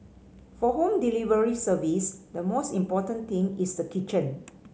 for home delivery service the most important thing is the kitchen